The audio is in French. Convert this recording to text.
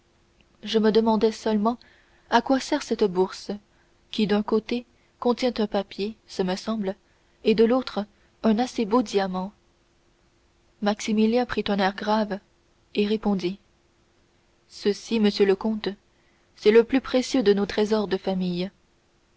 je me demandais seulement à quoi sert cette bourse qui d'un côté contient un papier ce me semble et de l'autre un assez beau diamant maximilien prit un air grave et répondit ceci monsieur le comte c'est le plus précieux de nos trésors de famille